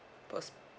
yes